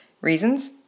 reasons